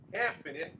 Happening